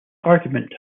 argument